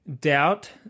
doubt